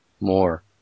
more